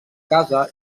casa